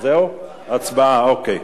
הצבעה.